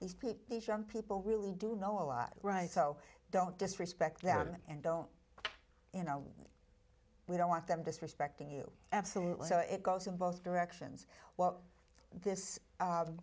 these people these young people really do know a lot so don't disrespect them and don't you know we don't want them disrespecting you absolutely so it goes in both directions what this